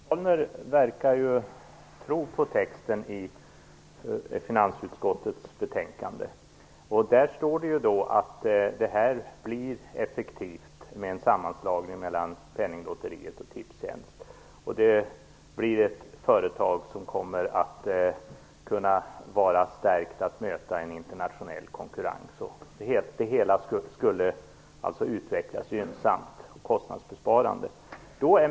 Herr talman! Lisbet Calner verkar tro på texten i finansutskottets betänkande. Där står det att det blir effektivt med en sammanslagning mellan Penninglotteriet och Tipstjänst och att det blir ett företag som kommer att kunna vara starkt nog att möta en internationell konkurrens. Det hela skulle alltså utvecklas gynnsamt och kostnadsbesparande.